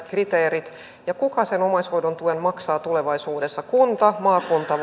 kriteerit ja kuka sen omaishoidon tuen maksaa tulevaisuudessa kunta maakunta